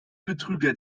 betrüger